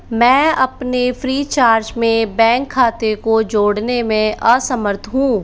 मैं अपने फ़्रीचार्ज में बैंक खाते को जोड़ने में असमर्थ हूँ